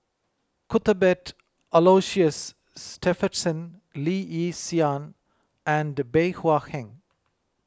Cuthbert Aloysius Shepherdson Lee Yi Shyan and Bey Hua Heng